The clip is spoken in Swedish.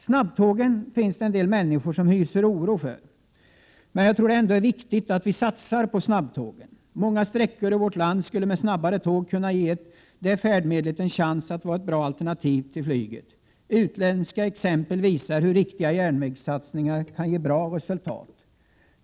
Snabbtågen ses av en del med oro. Jag tror ändå att det är viktigt att vi satsar på snabbtågen. Många sträckor i vårt land skulle med snabbare tåg kunna ge detta färdmedel en chans att vara ett bra alternativ till flyget. Utländska exempel visar hur riktiga järnvägssatsningar kan ge bra resultat.